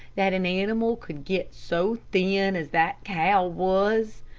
that an animal could get so thin as that cow was.